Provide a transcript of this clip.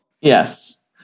Yes